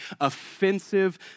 Offensive